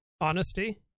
honesty